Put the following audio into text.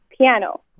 piano